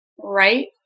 right